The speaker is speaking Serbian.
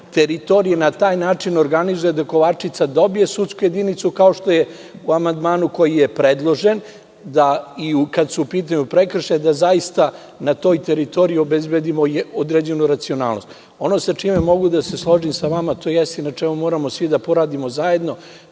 teritorije na taj način organizuje da Kovačica dobije sudsku jedinicu, kao što je u amandmanu koji je predložen, kada su u pitanju prekršaji, da zaista na toj teritoriji obezbedimo određenu racionalnost. Ono sa čime mogu da se složim sa vama, to jeste i na čemu moramo svi da poradimo zajedno,